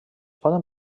poden